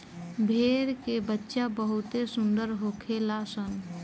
भेड़ के बच्चा बहुते सुंदर होखेल सन